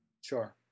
Sure